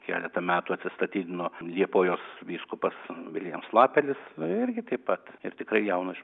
keletą metų atsistatydino liepojos vyskupas viliams lapelis irgi taip pat ir tikrai jaunas